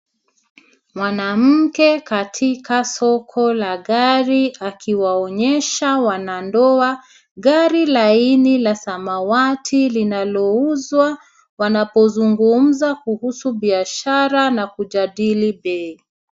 Mwanamke katika soko la gari akiwaonyesha wanandoa gari laini la samawati linalouzwa. Wanapozungumza kuhusu biashara na kujadili bei.